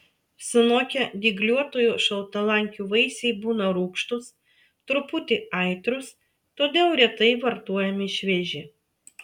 sunokę dygliuotųjų šaltalankių vaisiai būna rūgštūs truputį aitrūs todėl retai vartojami švieži